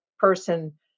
person